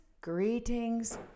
greetings